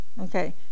Okay